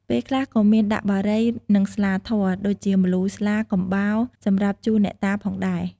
ពេលខ្លះក៏មានដាក់បារី និងស្លាធម៌ ដូចជា ម្លូ ស្លា កំបោរ សម្រាប់ជូនអ្នកតាផងដែរ។